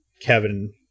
Kevin